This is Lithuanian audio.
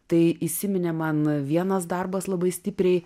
tai įsiminė man vienas darbas labai stipriai